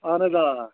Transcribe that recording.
اہن حظ آ